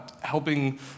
helping